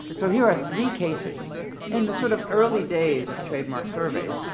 so here are three cases in the sort of early days of trademark surveys,